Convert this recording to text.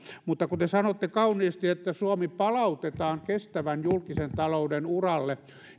mutta kun te sanotte kauniisti että suomi palautetaan kestävän julkisen talouden uralle